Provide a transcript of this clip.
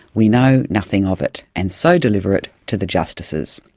we know nothing of it, and so deliver it to the justices.